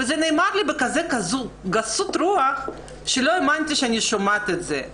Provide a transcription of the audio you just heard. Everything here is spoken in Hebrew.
זה נאמר לי בכזאת גסות רוח שלא האמנתי שאני שומעת את זה.